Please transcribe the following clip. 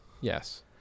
Yes